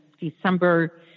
December